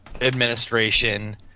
administration